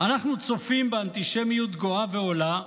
"אנחנו, צופים באנטישמיות גואה ועולה,